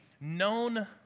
known